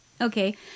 Okay